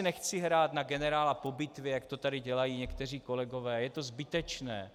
Nechci si hrát na generála po bitvě, jak to tady dělají někteří kolegové, je to zbytečné.